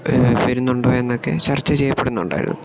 വരുന്നൊണ്ടോ എന്നൊക്കെ ചർച്ച ചെയ്യപ്പെടുന്നുണ്ടായിരുന്നു